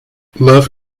love